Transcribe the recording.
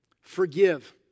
forgive